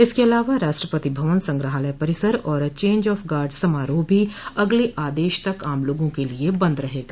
इसके अलावा राष्ट्रपति भवन संग्रहालय परिसर और चेंज ऑफ गार्ड समारोह भी अगले आदेश तक आम लोगों के लिए बंद रहेगा